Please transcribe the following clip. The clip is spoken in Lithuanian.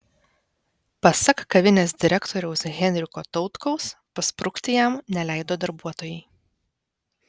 pasak kavinės direktoriaus henriko tautkaus pasprukti jam neleido darbuotojai